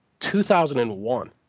2001